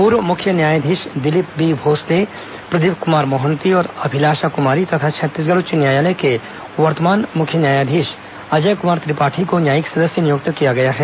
पूर्व मुख्य न्यायाधीश दिलीप बी भोसले प्रदीप कुमार मोहंती और अभिलाषा क्मारी तथा छत्तीसगढ़ उच्च न्यायालय के वर्तमान मुख्य न्यायाधीश अजय क्मार त्रिपाठी को न्यायिक सदस्य नियुक्त किया गया है